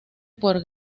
por